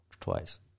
Twice